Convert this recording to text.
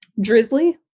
Drizzly